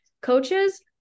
coaches